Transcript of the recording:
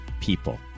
people